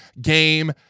game